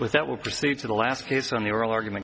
with that will proceed to the last case on the oral argument